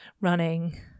running